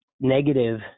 negative